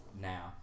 now